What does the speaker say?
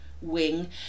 wing